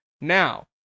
Now